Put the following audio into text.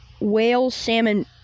whale-salmon